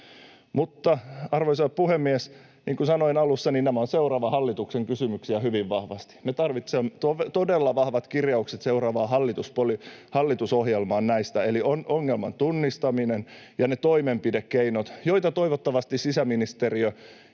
tehty. Arvoisa puhemies! Niin kuin sanoin alussa, nämä ovat seuraavan hallituksen kysymyksiä hyvin vahvasti. Me tarvitsemme näistä todella vahvat kirjaukset seuraavaan hallitusohjelmaan, eli ongelman tunnistaminen ja ne toimenpiteet, keinot, joita toivottavasti sisäministeriö